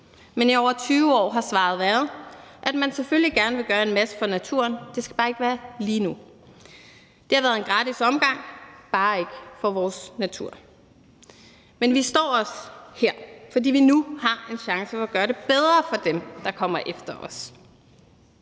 men i over 20 år har svaret været, at man selvfølgelig gerne vil gøre en masse for naturen, men at det bare ikke skal være lige nu. Det har været en gratis omgang, bare ikke for vores natur. Men vi står også her, fordi vi nu har en chance for at gøre det bedre for dem, der kommer efter os.